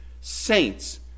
saints